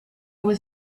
was